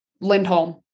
Lindholm